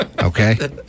okay